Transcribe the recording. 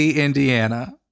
Indiana